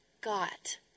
got